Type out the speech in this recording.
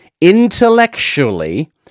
intellectually